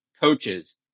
coaches